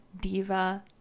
Diva